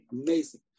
Amazing